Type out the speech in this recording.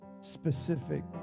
specific